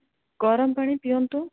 ଗରମ ପାଣି ପିଅନ୍ତୁ